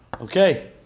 Okay